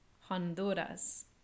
Honduras